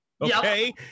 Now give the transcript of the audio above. Okay